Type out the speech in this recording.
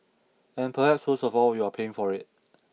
and perhaps worst of all you are paying for it